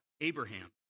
Abraham